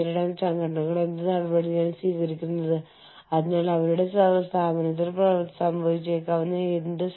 കൂടാതെ ആ കെട്ടിടങ്ങൾക്കുള്ളിലെ സജ്ജീകരണം നിങ്ങളുടെ ആവശ്യങ്ങൾക്കനുസരിച്ച് ക്രമീകരിക്കുന്നു